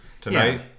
tonight